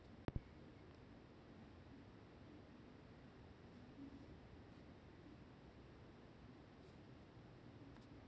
करेला के बीजा ला कोन सा तरीका ले जरिया निकाले ले अच्छा रथे?